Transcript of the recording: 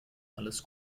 alles